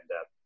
up